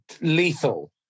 lethal